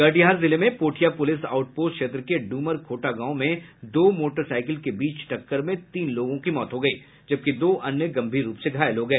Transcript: कटिहार जिले में Pothia police out post क्षेत्र के ड्मर खोटा गांव में दो मोटरसाईकिल के बीच हुई टक्कर में तीन लोगों की मौत हो गई जबकि दो अन्य गंभीर रूप से घायल हो गए